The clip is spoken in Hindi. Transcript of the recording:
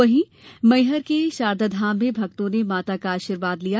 वहीं सतना के मैहर में शारदाधाम में भक्तों ने माता का आशीर्वाद लिया